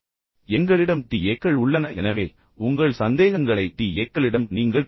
எனவே நீங்கள் எங்களிடம் டிஏக்கள் உள்ளன எனவே உங்கள் சந்தேகங்களை டிஏக்களிடம் நீங்கள் கேட்கலாம்